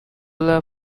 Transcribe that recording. lab